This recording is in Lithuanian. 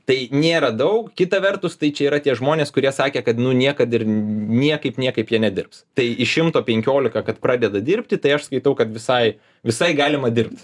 tai nėra daug kita vertus tai čia yra tie žmonės kurie sakė kad nu niekad ir niekaip niekaip jie nedirbs tai iš šimto penkiolika kad pradeda dirbti tai aš skaitau kad visai visai galima dirbt